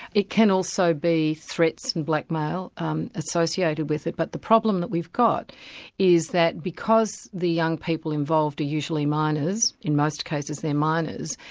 it can also be threats and blackmail um associated with it, but the problem that we've got is that because the young people involved are usually minors, in most cases they're minors,